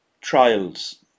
trials